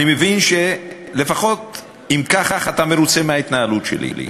אני מבין לפחות, שאם כך, אתה מרוצה מההתנהלות שלי.